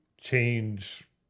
change